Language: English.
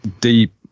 deep